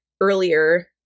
earlier